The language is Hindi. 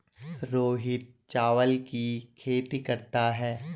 रोहित चावल की खेती करता है